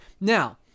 Now